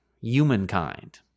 humankind